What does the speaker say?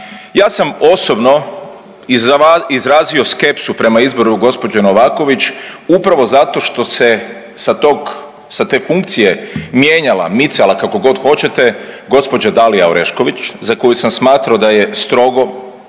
Ja sam osobno izrazio skepsu prema izboru gospođe Novaković upravo zato što se sa tog, sa te funkcije mijenjala, micala kako god hoćete gospođa Dalija Orešković za koju sam smatrao da je strogo,